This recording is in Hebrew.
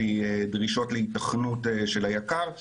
שהן דרישות להיתכנות של היק"ר,